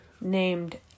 named